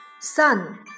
sun